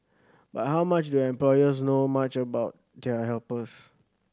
but how much do employers know much about their helpers